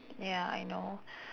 ya I know